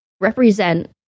represent